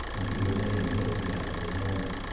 and he remained looking at her a moment.